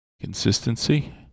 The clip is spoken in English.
consistency